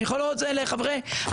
ואני יכול להראות את זה לחברי הוועדה.